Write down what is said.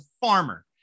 farmer